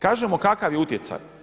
Kažemo kakav je utjecaj?